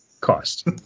cost